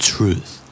Truth